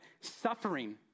suffering